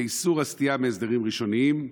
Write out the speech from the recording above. ועם איסור הסטייה מהסדרים ראשוניים?